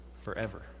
forever